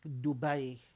Dubai